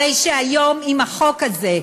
הרי שהיום, עם החוק הזה,